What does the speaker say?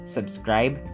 Subscribe